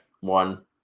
One